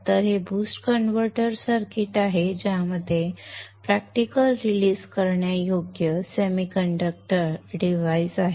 तर हे boost converter circuit आहे ज्यामध्ये प्रॅक्टिकल रिलीझ करण्यायोग्य सेमीकंडक्टर उपकरण आहेत